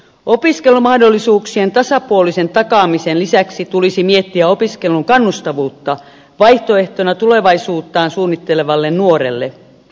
opiskelumahdollisuuksien tasapuolisen takaamisen lisäksi tulisi miettiä opiskelun kannustavuutta vaihtoehtona tulevaisuuttaan suunnittelevalle nuorelle